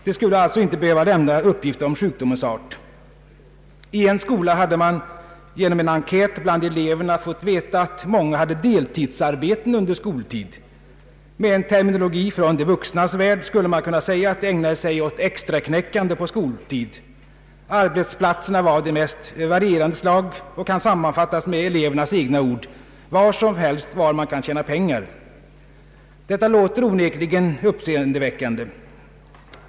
De skulle alltså inte behöva lämna uppgift om sjukdomens art. I en skola hade man genom en enkät bland eleverna fått veta att många hade deltidsarbeten under skoltid. Med en terminologi från de vuxnas värld skulle man kunna säga att de ägnade sig åt extraknäckande på skoltid. Arbetsplatserna var av de mest varierande slag och kan sammanfattas med elevernas egna ord: ”var som helst där man kan tjäna pengar”. Detta låter onekligen häpnadsväckande.